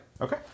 Okay